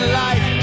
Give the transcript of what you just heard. life